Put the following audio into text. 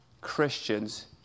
Christians